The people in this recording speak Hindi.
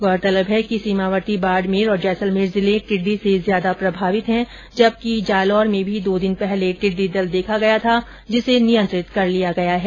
गोरतलब है कि सीमावर्ती बाडमेर और जैसलमेर जिले टिड्डी से ज्यादा प्रभावित है जबकि जालोर में भी दो दिन पहले टिड्डी दल देखा गया था जिसे नियंत्रित कर लिया गया है